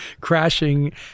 crashing